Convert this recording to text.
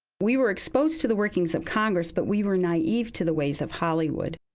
we were exposed to the workings of congress, but we were naive to the ways of hollywood.